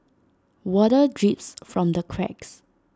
water drips from the cracks